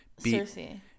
Cersei